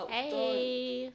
Hey